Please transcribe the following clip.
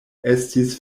estis